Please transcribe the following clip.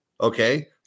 okay